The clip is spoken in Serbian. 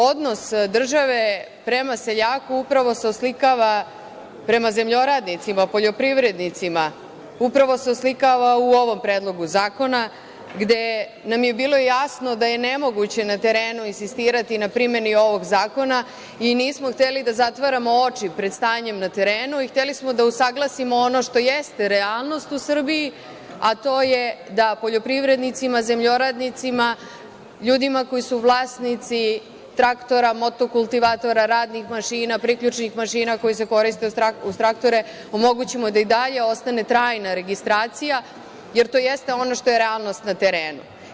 Odnos države prema seljaku, prema zemljoradnicima, poljoprivrednicima, upravo se oslikava u ovom Predlogu zakona, gde nam je bilo jasno da je nemoguće na terenu insistirati na primeni ovog zakona i nismo hteli da zatvaramo oči pred stanjem na terenu i hteli smo da usaglasimo ono što jeste realnost u Srbiji, a to je da poljoprivrednicima, zemljoradnicima, ljudima koji su vlasnici traktora, multikultivatora, radnih mašina, priključnih mašina koje se koriste uz traktore omogućimo da i dalje ostane trajna registracija, jer to jeste ono što je realnost na terenu.